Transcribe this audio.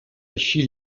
eixir